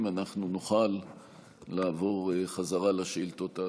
אנחנו נוכל לעבור חזרה לשאילתות הדחופות.